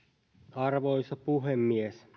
arvoisa puhemies